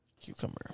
Cucumber